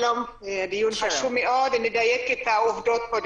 הדיון חשוב מאוד וקודם כל נדייק את העובדות.